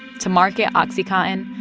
to market oxycontin,